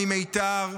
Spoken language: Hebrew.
ממיתר,